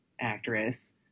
actress